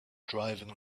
driving